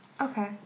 Okay